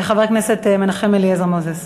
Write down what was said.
חבר הכנסת מנחם אליעזר מוזס.